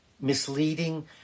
misleading